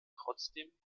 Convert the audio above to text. trotzdem